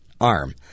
arm